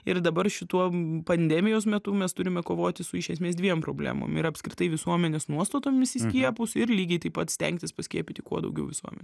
ir dabar šituo pandemijos metu mes turime kovoti su iš esmės dviem problemom ir apskritai visuomenės nuostatomis į skiepus ir lygiai taip pat stengtis paskiepyti kuo daugiau visuomenės